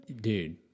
Dude